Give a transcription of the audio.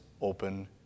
open